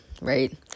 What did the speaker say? Right